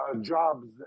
jobs